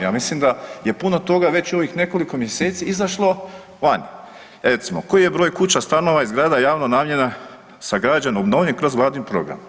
Ja mislim da je puno toga već u ovih nekoliko mjeseci izašlo vani, recimo koji je broj kuća, stanova i zgrada javna namjena sagrađena, obnovljena kroz vladin program.